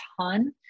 ton